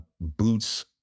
boots